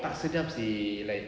tak sedap seh like